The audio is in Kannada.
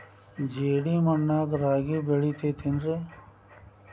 ಜೇಡಿ ಮಣ್ಣಾಗ ರಾಗಿ ಬೆಳಿತೈತೇನ್ರಿ?